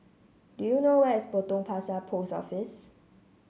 do you know where is Potong Pasir Post Office